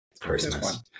Christmas